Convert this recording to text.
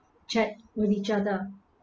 chat with each other